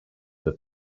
that